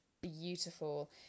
beautiful